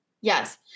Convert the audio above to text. Yes